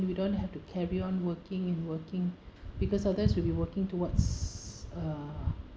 you don't have to carry on working and working because sometimes we'll be working towards uh